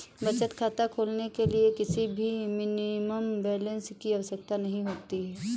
बचत खाता खोलने के लिए किसी भी मिनिमम बैलेंस की आवश्यकता नहीं होती है